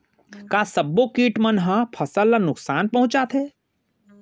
का सब्बो किट मन ह फसल ला नुकसान पहुंचाथे?